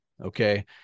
Okay